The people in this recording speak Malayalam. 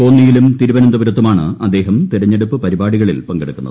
കോന്നിയിലും തിരുവനന്തപുരത്തുമാണ് അദ്ദേഹം തെരഞ്ഞെടുപ്പ് പരിപാടികളിൽ പ്പങ്കെടുക്കുന്നത്